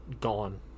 gone